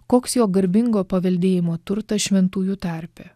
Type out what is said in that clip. koks jo garbingo paveldėjimo turtas šventųjų tarpe